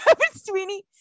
Sweeney